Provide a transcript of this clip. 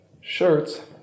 shirts